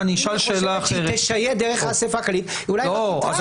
אם היא חושבת שזה יהיה דרך האספה הכללית --- אני אשאל שאלה אחרת.